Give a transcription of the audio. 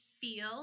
feel